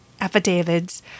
affidavits